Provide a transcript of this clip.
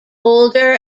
older